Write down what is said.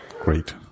great